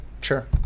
Sure